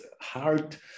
heart